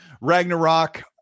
Ragnarok